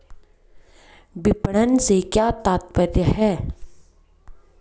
विपणन से क्या तात्पर्य है?